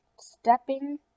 Stepping